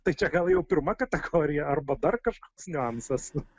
tai čia gal jau pirma kategorija arba dar kažkoks niuansas